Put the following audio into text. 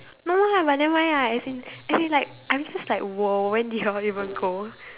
no lah but nevermind ah as in as in like I'm just like !woah! when did you all even go